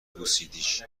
بوسیدیش